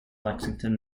lexington